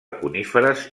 coníferes